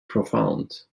profound